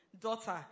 daughter